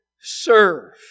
serve